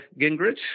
Gingrich